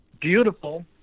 Beautiful